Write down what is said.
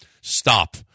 Stop